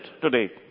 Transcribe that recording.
today